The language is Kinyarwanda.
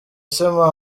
shema